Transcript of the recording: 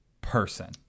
person